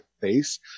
face